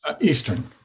Eastern